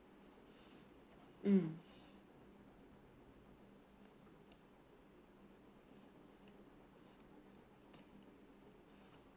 mm